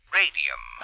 radium